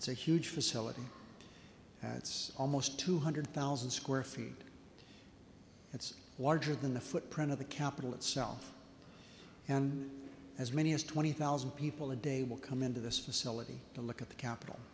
it's a huge facility has almost two hundred thousand square feet its water driven the footprint of the capitol itself and as many as twenty thousand people a day will come into this facility to look at the capitol